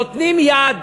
נותנים יד